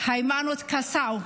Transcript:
היימנוט קסאו.